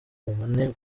babone